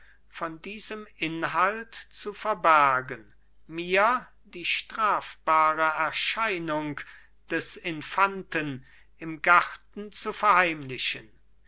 von diesem inhalt zu verbergen mir die strafbare erscheinung des infanten im garten zu verheimlichen